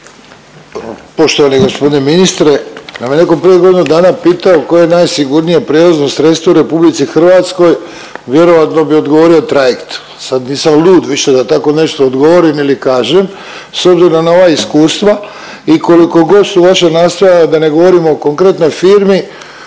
Poštovani g. ministre, da me je neko prije godinu dana pitao koje je najsigurnije prijevozno sredstvo u RH vjerojatno bi odgovorio trajekt. Sad nisam lud više da tako nešto odgovorim ili kažem s obzirom na ova iskustva i koliko god su vaša nastojanja, da ne govorimo o konkretnoj firmi,